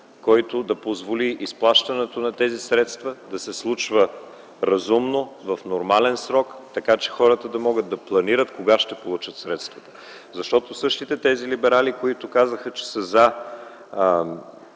който да позволи изплащането на тези средства да се случва разумно, в нормален срок, та хората да могат да планират кога ще получат средствата. Защото същите тези либерали, които казваха, че са за